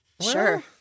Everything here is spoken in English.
Sure